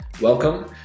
welcome